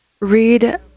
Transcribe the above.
read